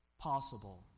Possible